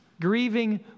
grieving